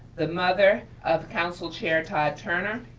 the mother of council chair, todd turner,